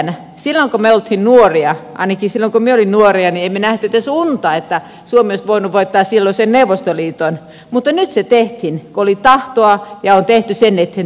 silloin kun me olimme nuoria ainakin silloin kun minä olin nuori emme me nähneet edes unta että suomi olisi voinut voittaa silloisen neuvostoliiton mutta nyt se tehtiin kun oli tahtoa ja on tehty sen eteen töitä paljon